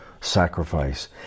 sacrifice